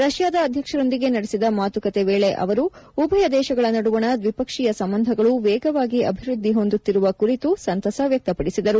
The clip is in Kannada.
ರಷ್ಯಾದ ಅಧ್ಯಕ್ಷರೊಂದಿಗೆ ನಡೆಸಿದ ಮಾತುಕತೆ ವೇಳೆ ಅವರು ಉಭಯ ದೇಶಗಳ ನಡುವಣ ದ್ವಿಪಕ್ಷೀಯ ಸಂಬಂಧಗಳು ವೇಗವಾಗಿ ಅಭಿವ್ಬದ್ದಿ ಹೊಂದುತ್ತಿರುವ ಕುರಿತು ಸಂತಸ ವ್ಯಕ್ತಪದಿಸಿದರು